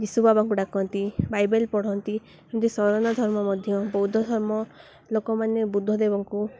ଯିଶୁ ବାବାଙ୍କୁ ଡ଼ାକନ୍ତି ବାଇବେଲ ପଢ଼ନ୍ତି ଏମିତି ସରଣ ଧର୍ମ ମଧ୍ୟ ବୌଦ୍ଧ ଧର୍ମ ଲୋକମାନେ ବୁଦ୍ଧଦେବଙ୍କୁ